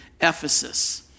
Ephesus